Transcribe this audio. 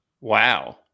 Wow